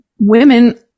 women